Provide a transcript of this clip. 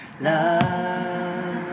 love